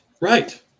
Right